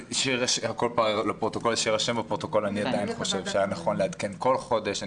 שיירשם בפרוטוקול שאני עדיין חושב שהיה נכון לעדכן כל חודש.